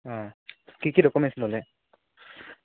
অঁ কি কি ডকুমেন্টছ ল'লে